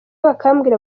bakambwira